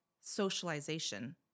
socialization